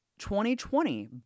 2020